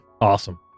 awesome